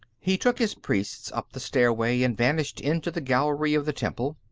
he took his priests up the stairway and vanished into the gallery of the temple.